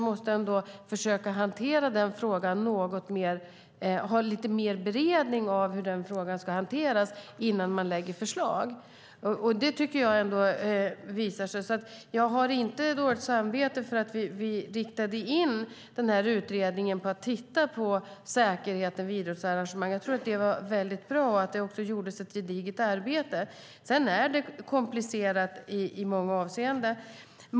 Det blir tydligt att det behövs lite mer beredning av hur frågan ska hanteras innan man lägger fram förslag. Jag har inte dåligt samvete för att vi riktade in den här utredningen på att titta på säkerheten vid idrottsarrangemang. Jag tror att det var väldigt bra och tycker att det var bra att det också gjordes ett gediget arbete. Sedan är det komplicerat i många avseenden.